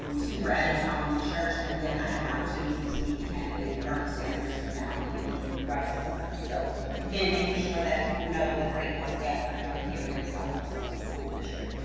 um two were at empowerment church, and then i had an opportunity to meet the candidate bernie sanders down in the right corner. so again, making sure that people know the great work that we're doing here in the southfield public school district.